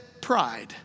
pride